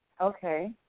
Okay